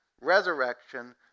resurrection